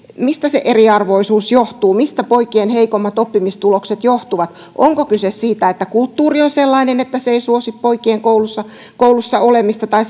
mistä eriarvoisuus johtuu mistä poikien heikommat oppimistulokset johtuvat onko kyse siitä että kulttuuri on sellainen että se ei suosi poikien koulussa koulussa olemista tai